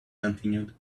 continued